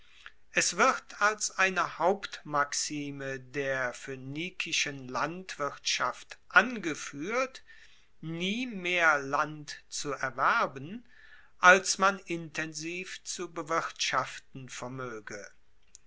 es wird als eine hauptmaxime der phoenikischen landwirtschaft angefuehrt nie mehr land zu erwerben als man intensiv zu bewirtschaften vermoege